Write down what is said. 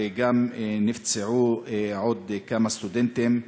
וגם נפצעו עוד כמה סטודנטים,